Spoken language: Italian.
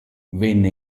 venne